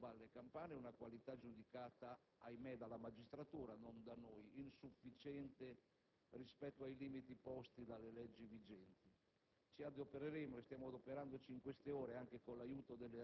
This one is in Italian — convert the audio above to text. Segnalo che la qualità della produzione dell'ecoballa campana è giudicata - ahimè dalla magistratura, non da noi - insufficiente rispetto ai limiti posti dalle leggi vigenti.